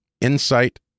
Insight